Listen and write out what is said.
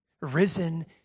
risen